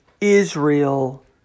Israel